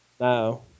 No